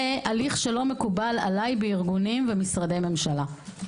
זה הליך שלא מקובל עליי בארגונים ומשרדי ממשלה.